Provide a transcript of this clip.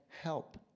help